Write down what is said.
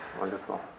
Wonderful